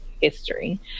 history